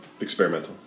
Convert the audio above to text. Experimental